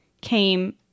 came